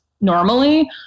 normally